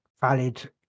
valid